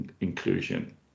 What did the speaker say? inclusion